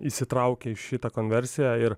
įsitraukia į šitą konversiją ir